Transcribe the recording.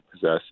possess